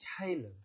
Caleb